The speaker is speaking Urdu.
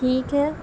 ٹھیک ہے